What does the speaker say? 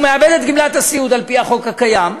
הוא מאבד את גמלת הסיעוד, על-פי החוק הקיים,